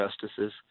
justices